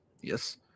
Yes